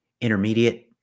intermediate